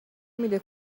میده